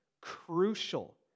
crucial